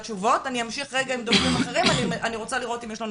אני אמשיך עם דוברים אחרים ואני רוצה לראות אם יש לנו